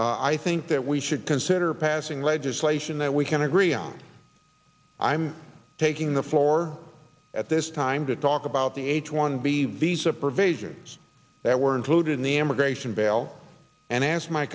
ebell i think that we should consider passing legislation that we can agree on i'm taking the floor at this time to talk about the h one b visa provisions that were included in the immigration bail and asked my